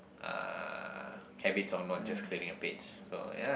uh habits of just not clearing the plates